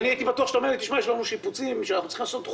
הייתי בטוח שתאמר: יש לנו שיפוצים דחופים שאנחנו צריכים לעשות.